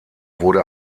wurde